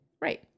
Right